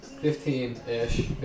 Fifteen-ish